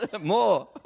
More